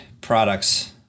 products